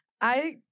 I-